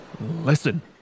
Listen